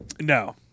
No